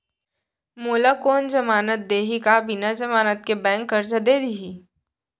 मोला कोन जमानत देहि का बिना जमानत के बैंक करजा दे दिही?